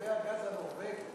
מתווה הגז הנורבגי.